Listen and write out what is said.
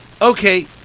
Okay